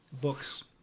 books